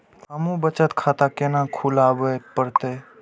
हमू बचत खाता केना खुलाबे परतें?